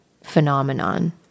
phenomenon